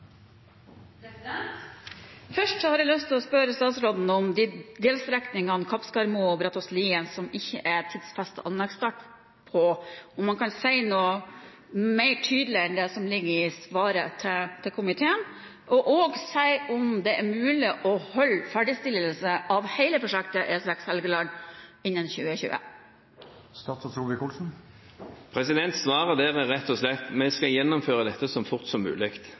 Først har jeg lyst til å spørre statsråden om delstrekningene Kapskarmo–Brattåsen og Brattåsen–Lien, som ikke har tidfestet anleggsstart – om han kan si noe mer tydelig enn det som ligger i svaret til komiteen, og også si om det er mulig å ferdigstille hele prosjektet E6 Helgeland innen 2020. Svaret der er rett og slett: Vi skal gjennomføre dette så fort som mulig.